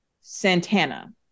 Santana